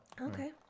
Okay